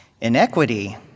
Inequity